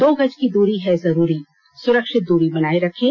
दो गज की दूरी है जरूरी सुरक्षित दूरी बनाए रखें